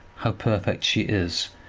how perfect she is.